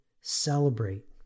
celebrate